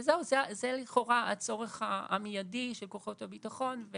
זה לכאורה הצורך המיידי של כוחות הביטחון.